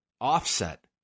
Offset